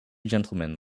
gentlemen